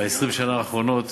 ב-20 השנה האחרונות